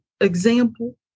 example